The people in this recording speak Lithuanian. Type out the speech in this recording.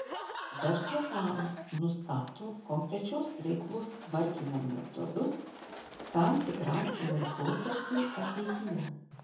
verslo planas nustato konkrečios veiklos tvarkymo metodus tam tikram laikotarpiui ateityje